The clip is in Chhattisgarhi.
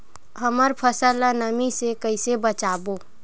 हमर फसल ल नमी से क ई से बचाबो?